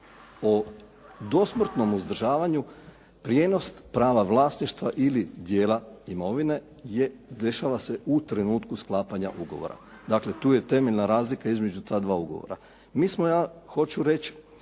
o dosmrtnom uzdržavanju prijenos prava vlasništva ili dijela imovine je, dešava se u trenutku sklapanja ugovora. Dakle, tu je temeljna razlika između ta dva ugovora. Mi smo, ja hoću reći